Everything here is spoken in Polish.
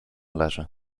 leży